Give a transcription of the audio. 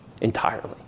entirely